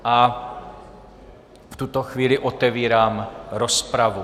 V tuto chvíli otevírám rozpravu.